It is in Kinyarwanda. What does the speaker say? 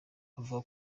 avuga